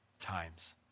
times